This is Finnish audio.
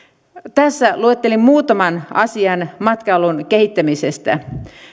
tässä luettelin muutaman asian matkailun kehittämisestä